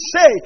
say